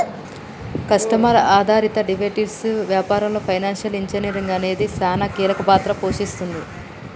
customer ఆధారిత derivatives వ్యాపారంలో financial engineering అనేది సానా కీలక పాత్ర పోషిస్తుంది